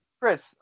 Chris